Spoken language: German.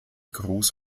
gruß